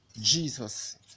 Jesus